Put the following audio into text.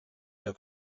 der